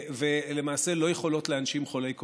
ולמעשה לא יכולות להנשים חולי קורונה.